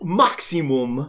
maximum